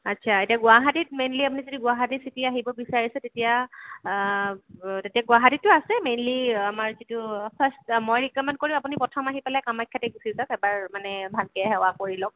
আচ্ছা এতিয়া গুৱাহাটীত মেইনলী আপুনি যদি গুৱাহাটী চিটী আহিব বিচাৰিছে তেতিয়া তেতিয়া গুৱাহাটীটো আছে মেইনলী আমাৰ যিটো ফাৰ্ষ্ট মই ৰীকমেণ্ড কৰোঁ আপুনি প্ৰথম আহি পেলাই কামাখ্যাত গুছি যাওঁক এবাৰ মানে ভালকে সেৱা কৰি লওক